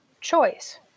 choice